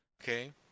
okay